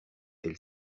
elle